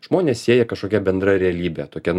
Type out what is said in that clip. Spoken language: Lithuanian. žmones sieja kažkokia bendra realybė tokia